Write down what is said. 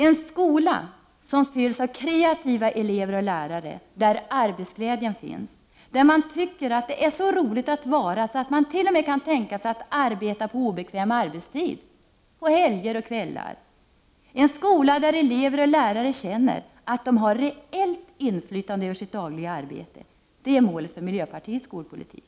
En skola som fylls av kreativa elever och lärare, där arbetsglädjen finns, där man tycker att det är så roligt att vara så att man t.o.m. kan tänka sig att arbeta på obekväm arbetstid — helger och kvällar — en skola där elever och lärare känner att de har reellt inflytande över sitt dagliga arbete, det är målet för miljöpartiets skolpolitik.